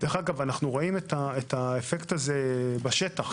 אגב אנו רואים את האפקט הזה גם בשטח.